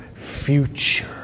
future